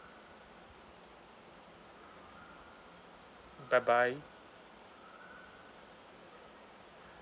bye bye